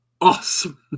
awesome